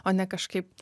o ne kažkaip